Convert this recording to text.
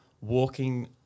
walking